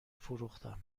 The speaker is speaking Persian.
فروختم